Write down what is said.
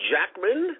Jackman